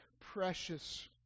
precious